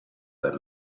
per